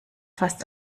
fast